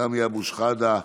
סמי אבו שחאדה,